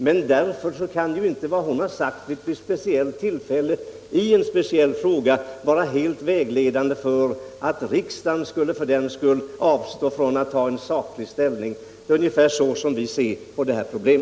Men därför kan ju inte vad hon har sagt vid ett speciellt tillfälle i en speciell. fråga vara vägledande så att riksdagen av den anledningen skulle avstå från att ta saklig ställning. Det är ungefär så som vi ser på detta problem.